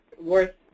worth